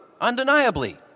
undeniably